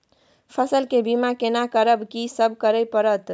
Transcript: फसल के बीमा केना करब, की सब करय परत?